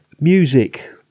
music